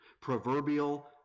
Proverbial